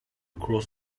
cross